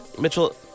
mitchell